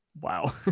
Wow